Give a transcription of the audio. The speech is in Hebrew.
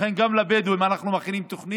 לכן גם לבדואים בדרום אנחנו מכינים תוכנית,